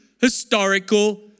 historical